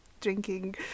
drinking